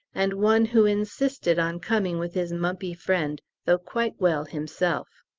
and one who insisted on coming with his mumpy friend though quite well himself!